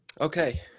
okay